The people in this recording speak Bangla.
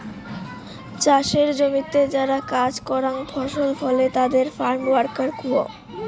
চাসের জমিতে যারা কাজ করাং ফসল ফলে তাদের ফার্ম ওয়ার্কার কুহ